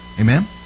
Amen